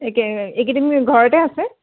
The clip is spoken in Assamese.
একেই এইকেইদিন ঘৰতে আছে